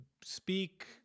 speak